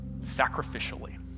sacrificially